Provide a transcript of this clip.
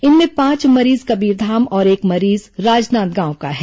इनमें पांच मरीज कबीरधाम और एक मरीज राजनांदगांव के हैं